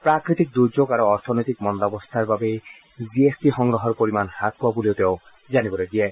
প্ৰাকৃতিক দুৰ্যোগ আৰু অৰ্থনৈতিক মন্দাবস্থাৰ বাবেই জি এছ টি সংগ্ৰহৰ পৰিমাণ হাস পোৱা বুলিও তেওঁ জানিবলৈ দিয়ে